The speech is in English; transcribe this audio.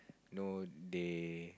know they